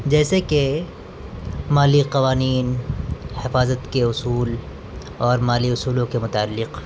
جیسے کہ مالی قوانین حفاظت کے اصول اور مالی اصولوں کے متعلق